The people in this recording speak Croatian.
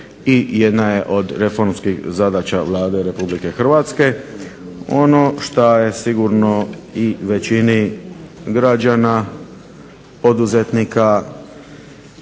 i jedna je od reformskih zadaća Vlade RH. Ono što je sigurno i većini građana poduzetnika